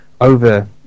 over